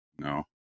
no